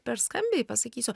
per skambiai pasakysiu